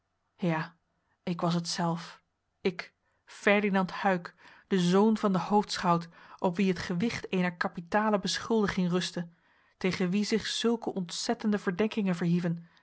ja ik was het zelf ik ferdinand huyck de zoon van den hoofdschout op wien het gewicht eener kapitale beschuldiging rustte tegen wien zich zulke ontzettende verdenkingen verhieven